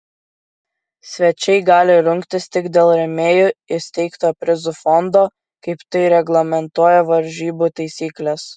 svečiai gali rungtis tik dėl rėmėjų įsteigto prizų fondo kaip tai reglamentuoja varžybų taisyklės